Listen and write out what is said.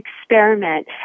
experiment